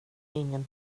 ingen